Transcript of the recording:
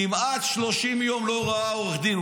כמעט 30 יום הוא לא ראה עורך דין,